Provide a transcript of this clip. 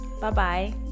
bye-bye